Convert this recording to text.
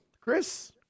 Chris